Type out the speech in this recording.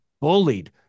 bullied